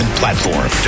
platform